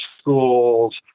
schools